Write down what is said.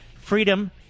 freedom